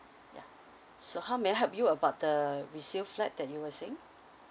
ya so how may I help you about the resale flat that you were saying